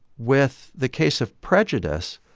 with the case of prejudice,